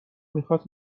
میخاست